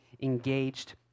engaged